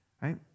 Right